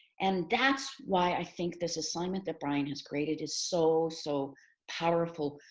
and that's why i think this assignment that brian has created is so, so powerful,